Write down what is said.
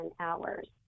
hours